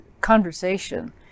conversation